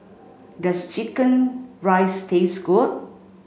does chicken rice taste good